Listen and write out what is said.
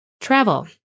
Travel